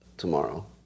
tomorrow